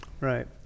right